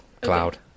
Cloud